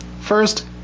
first